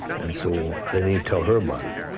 and so i didn't even tell her about it.